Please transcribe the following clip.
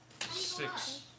six